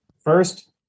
First